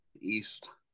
East